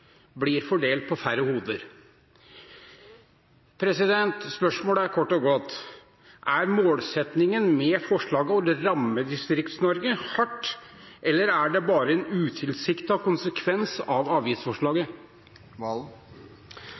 blir fordelt på færre hoder. Spørsmålet er kort og godt: Er målsettingen med forslaget å ramme Distrikts-Norge hardt, eller er det bare en utilsiktet konsekvens av avgiftsforslaget?